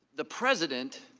the president